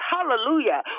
Hallelujah